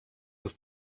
was